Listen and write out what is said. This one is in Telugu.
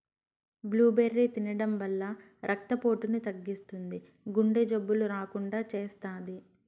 బ్లూబెర్రీ తినడం వల్ల రక్త పోటును తగ్గిస్తుంది, గుండె జబ్బులు రాకుండా చేస్తాది